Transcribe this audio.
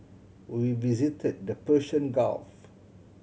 we visited the Persian Gulf